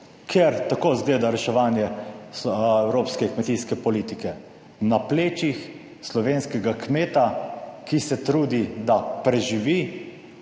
Ker tako izgleda reševanje evropske kmetijske politike na plečih slovenskega kmeta, ki se trudi, da preživi